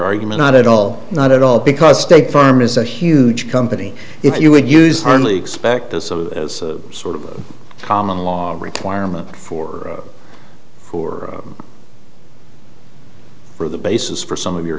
argument not at all not at all because state farm is a huge company if you would use darnley expect as a sort of common law requirement for for for the basis for some of your